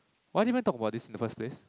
why did I even talk about this in the first place